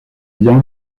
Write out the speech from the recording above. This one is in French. biens